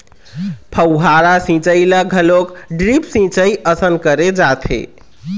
फव्हारा सिंचई ल घलोक ड्रिप सिंचई असन करे जाथे